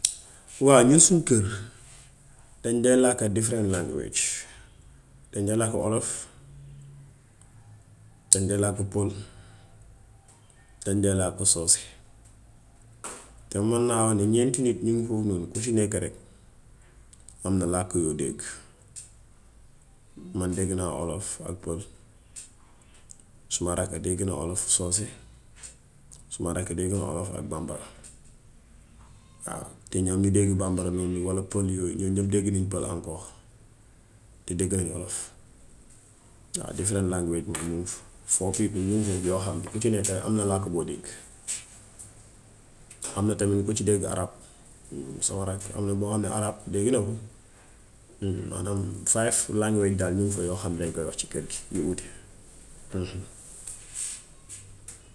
Waaw ñin suñ kër dañ dee làkk different language: dañ de làkk olof, dañ de làkk pol, dañ de làkk soose. Te man naa wax ñeenti nit ñuŋ foofu noonu, ku ci nekka rekk am na làkk yoo dégg. Man dégg naa olof ak pël. Suma rakk bi dégg na olof, soose. Suma rakk dégg na olof ak bàmbara. Waaw te ñoom ñi dégg bàmbara noonu walla pël yooyu, ñoom ñépp dégg nañ pël encore, te dégga nañ olof. Waaw different language yooyu moom miŋ fa. Four people ñu ŋi foofu yoo xam ne, ku ci nekka rekk am na làkka boo dégg. Am na tamit ku ci dégga araab. Sama rakk, am na boo xam ne araab dégg na ko maanaam five language daal miŋ fa yoo xam ne dañ koy wax ci kër gi yu uute.